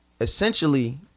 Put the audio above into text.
essentially